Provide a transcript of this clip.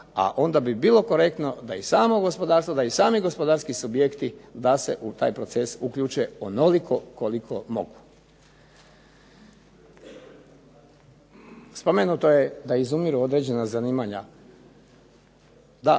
a onda bi bilo korektno da i samo gospodarstvo, da i sami gospodarski subjekti da se u taj proces uključe onoliko koliko mogu. Spomenuto je da izumiru određena zanimanja. Da,